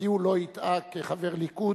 אותי הוא לא הטעה כחבר הליכוד,